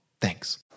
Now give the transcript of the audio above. Thanks